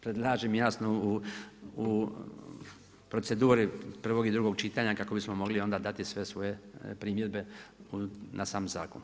Predlažem jasno, u proceduri prvog i drugog čitanja kako bismo mogli onda dati sve svoje primjedbe na sam zakon.